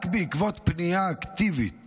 רק בעקבות פנייה אקטיבית